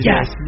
Yes